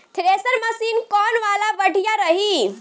Thresher machine कौन वाला बढ़िया रही?